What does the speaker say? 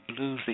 bluesy